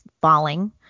falling